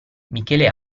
michele